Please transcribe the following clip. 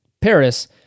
Paris